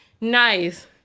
Nice